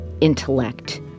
intellect